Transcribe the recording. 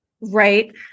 Right